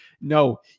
No